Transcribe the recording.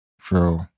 True